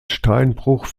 steinbruch